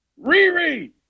Riri